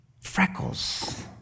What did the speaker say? Freckles